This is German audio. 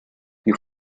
die